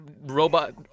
Robot